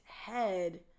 head